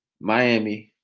Miami